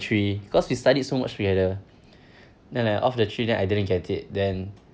three cause we studied so much together then out of the three then I didn't get it then